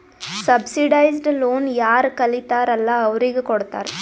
subsidised loan ಯಾರ್ ಕಲಿತಾರ್ ಅಲ್ಲಾ ಅವ್ರಿಗ ಕೊಡ್ತಾರ್